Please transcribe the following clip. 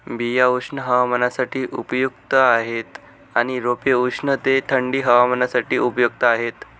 बिया उष्ण हवामानासाठी उपयुक्त आहेत आणि रोपे उष्ण ते थंडी हवामानासाठी उपयुक्त आहेत